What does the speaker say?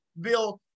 Bill